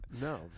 no